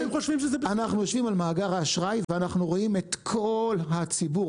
אנחנו יושבים על מאגר האשראי ואנחנו רואים את כל הציבור,